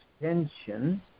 extension